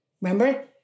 Remember